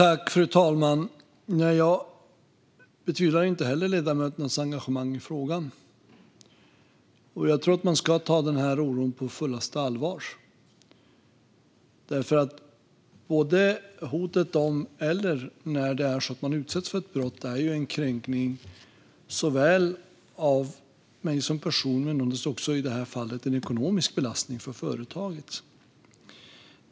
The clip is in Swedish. Fru talman! Jag betvivlar inte heller ledamöternas engagemang i frågan. Jag tror att man ska ta den här oron på fullaste allvar. Både hot om brott och detta att man utsätts för brott är en kränkning av en som person och i det här fallet också en ekonomisk belastning för företaget.